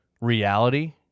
reality